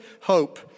hope